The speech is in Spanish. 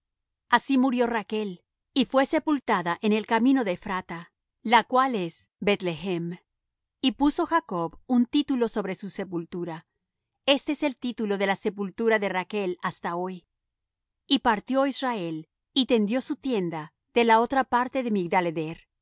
así murió rachl y fué sepultada en el camino del ephrata la cual es beth-lehem y puso jacob un título sobre su sepultura este es el título de la sepultura de rachl hasta hoy y partió israel y tendió su tienda de la otra parte de